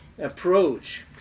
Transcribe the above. approach